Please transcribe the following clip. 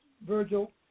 Virgil